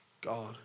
God